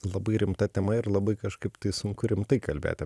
labai rimta tema ir labai kažkaip tai sunku rimtai kalbėti